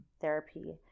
therapy